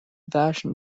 vashon